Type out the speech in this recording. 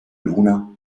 luna